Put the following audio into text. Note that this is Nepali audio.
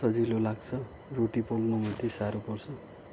सजिलो लाग्छ रोटी पोल्नु मात्रै साह्रो पर्छ